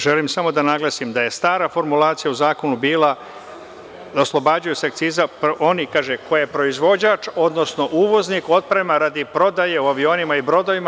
Želim samo da naglasim da je stara formulacija u zakonu bila – oslobađaju se akciza oni koje proizvođač, odnosno uvoznik, otprema radi prodaje u avionima i brodovima.